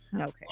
okay